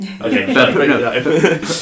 Okay